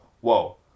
Whoa